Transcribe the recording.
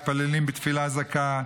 מתפללים בתפילה זכה,